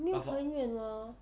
没有很远 ah